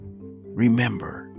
Remember